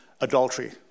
adultery